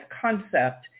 concept